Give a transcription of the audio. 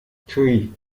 three